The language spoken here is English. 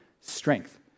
strength